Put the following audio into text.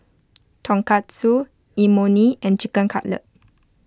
Tonkatsu Imoni and Chicken Cutlet